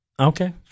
Okay